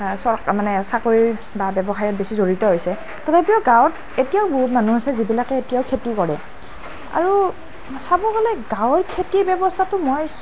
চৰ মানে চাকৰি বা ব্যৱসায়ত বেছি জড়িত হৈছে তথাপিও গাঁৱত এতিয়াও বহুত মানুহ আছে যিবিলাকে এতিয়াও খেতি কৰে আৰু চাব গ'লে গাঁৱৰ খেতি ব্যৱস্থাটো মই